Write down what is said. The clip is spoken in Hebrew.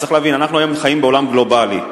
צריך להבין, אנחנו היום חיים בעולם גלובלי.